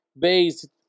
based